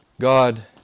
God